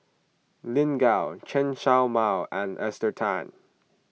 Lin Gao Chen Show Mao and Esther Tan